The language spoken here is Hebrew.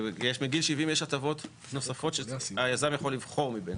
מגיל 70 יש הטבות נוספות שהיזם יכול לבחור מבניהן.